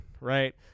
right